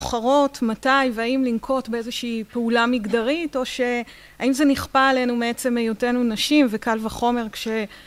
בוחרות מתי והאם לנקוט באיזושהי פעולה מגדרית או שהאם זה נכפה עלינו מעצם היותנו נשים וקל וחומר כש...